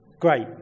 Great